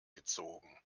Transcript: gezogen